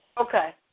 Okay